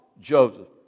Joseph